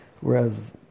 Whereas